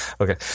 Okay